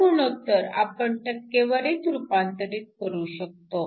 हे गुणोत्तर आपण टक्केवारीत रूपांतरित करू शकतो